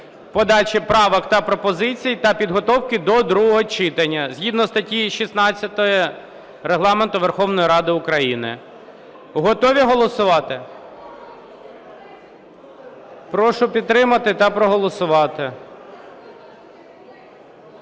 подачі правок та пропозицій та підготовки до другого читання згідно статті 16 Регламенту Верховної Ради України. Готові голосувати? Прошу підтримати та проголосувати.